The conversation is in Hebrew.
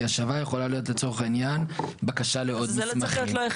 כי השבה יכולה להיות לצורך העניין בקשה לעוד מסמכים.